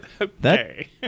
Okay